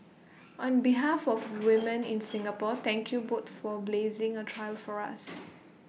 on behalf of women in Singapore thank you both for blazing A trail for us